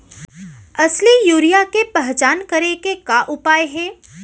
असली यूरिया के पहचान करे के का उपाय हे?